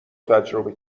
تجربه